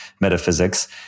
metaphysics